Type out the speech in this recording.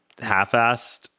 half-assed